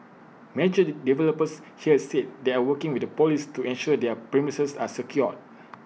major developers here said they are working with the Police to ensure their premises are secure